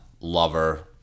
lover